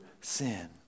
sin